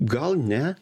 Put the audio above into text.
gal ne